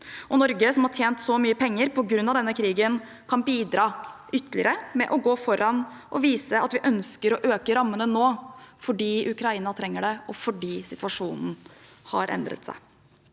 Norge som har tjent så mye penger på grunn av denne krigen, kan bidra ytterligere med å gå foran og vise at vi ønsker å øke rammene nå, fordi Ukraina trenger det, og fordi situasjonen har endret seg.